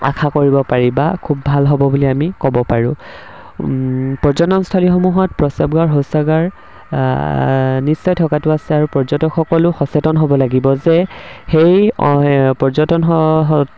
আশা কৰিব পাৰি বা খুব ভাল হ'ব বুলি আমি ক'ব পাৰোঁ পৰ্যটনস্থলীসমূহত প্ৰস্ৰাৱগাৰ শৌচাগাৰ নিশ্চয় থকাটো আছে আৰু পৰ্যটকসকলো সচেতন হ'ব লাগিব যে সেই পৰ্যটন